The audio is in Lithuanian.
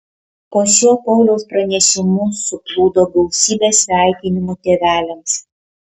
po šiuo pauliaus pranešimu suplūdo gausybė sveikinimų tėveliams